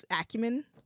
acumen